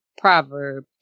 proverb